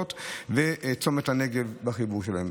וצומת הנגב, בחיבור שלהם.